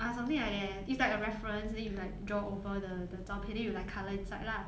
ah something like that it's like a reference then you like draw over the the 照片 then you like colour inside lah